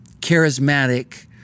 Charismatic